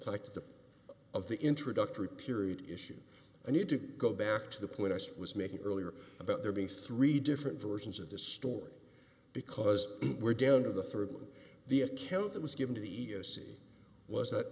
the of the introductory period issues i need to go back to the point i was making earlier about there being three different versions of the story because we're down to the through the account that was given to the e e o c was that